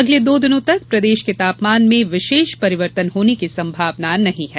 अगले दो दिनो तक प्रदेश के तापमान में विशेष परिवर्तन होने की संभावना नहीं है